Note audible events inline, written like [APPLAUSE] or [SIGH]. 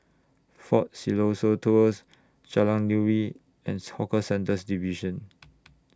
Fort Siloso Tours Jalan Nuri and [NOISE] Hawker Centres Division